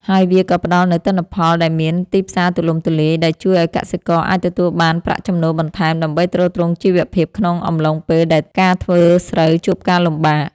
ហើយវាក៏ផ្ដល់នូវទិន្នផលដែលមានទីផ្សារទូលំទូលាយ ដែលជួយឱ្យកសិករអាចទទួលបានប្រាក់ចំណូលបន្ថែមដើម្បីទ្រទ្រង់ជីវភាពក្នុងអំឡុងពេលដែលការធ្វើស្រូវជួបការលំបាក។